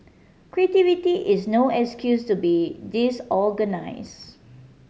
creativity is no excuse to be disorganise